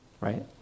right